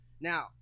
Now